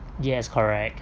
yes correct